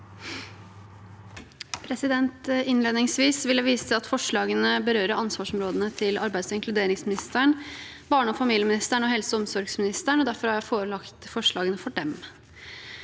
Innledningsvis vil jeg vise til at forslagene berører ansvarsområdene til arbeids- og inkluderingsministeren, barne- og familieministeren og helse- og omsorgsministeren, og derfor har jeg forelagt forslagene for dem.